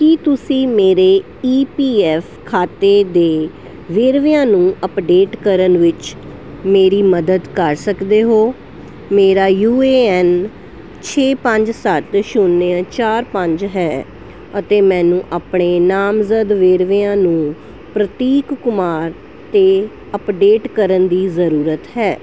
ਕੀ ਤੁਸੀਂ ਮੇਰੇ E P F ਖਾਤੇ ਦੇ ਵੇਰਵਿਆਂ ਨੂੰ ਅਪਡੇਟ ਕਰਨ ਵਿੱਚ ਮੇਰੀ ਮਦਦ ਕਰ ਸਕਦੇ ਹੋ ਮੇਰਾ ਯੂ ਏ ਐਨ ਛੇ ਪੰਜ ਸੱਤ ਛੁਨਿਆ ਚਾਰ ਪੰਜ ਹੈ ਅਤੇ ਮੈਨੂੰ ਆਪਣੇ ਨਾਮਜ਼ਦ ਵੇਰਵਿਆਂ ਨੂੰ ਪ੍ਰਤੀਕ ਕੁਮਾਰ 'ਤੇ ਅਪਡੇਟ ਕਰਨ ਦੀ ਜ਼ਰੂਰਤ ਹੈ